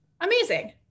amazing